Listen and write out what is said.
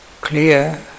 clear